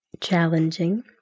challenging